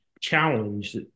challenge